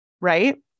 right